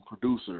producer